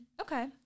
Okay